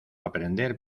aprender